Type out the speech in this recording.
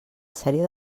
sèrie